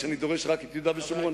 שאני דורש רק את יהודה ושומרון.